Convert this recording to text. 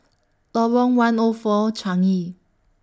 Lorong one O four Changi